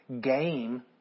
game